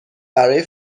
برای